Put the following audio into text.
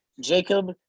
Jacob